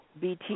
Bt